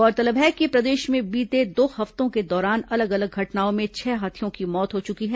गौरतलब है कि प्रदेश में बीते दो हफ्तों के दौरान अलग अलग घटनाओं में छह हाथियों की मौत हो चुकी है